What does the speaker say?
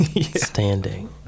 standing